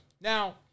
Now